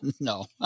No